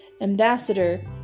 ambassador